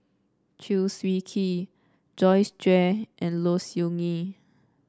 Chew Swee Kee Joyce Jue and Low Siew Nghee